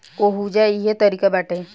ओहुजा इहे तारिका बाटे